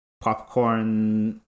popcorn